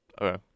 Okay